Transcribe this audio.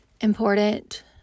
important